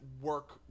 work